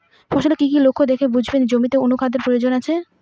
ফসলের কি কি লক্ষণ দেখে বুঝব জমিতে অনুখাদ্যের প্রয়োজন আছে?